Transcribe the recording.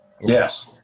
Yes